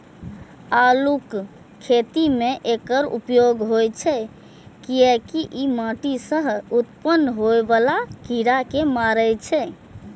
आलूक खेती मे एकर उपयोग होइ छै, कियैकि ई माटि सं उत्पन्न होइ बला कीड़ा कें मारै छै